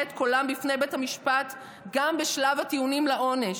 את קולם בפני בית המשפט גם בשלב הטיעונים לעונש.